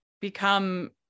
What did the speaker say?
become